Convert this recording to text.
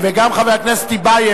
וגם חבר הכנסת טיבייב,